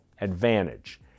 advantage